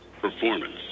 performance